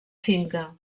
finca